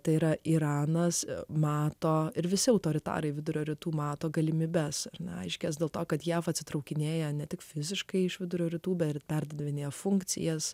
tai yra iranas mato ir visi autoritariniai vidurio rytų mato galimybes aiškias dėl to kad jav atitraukinėja ne tik fiziškai iš vidurio rytų ir perdavinėjo funkcijas